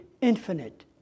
infinite